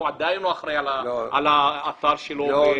הוא עדיין אחראי על האתר שלו.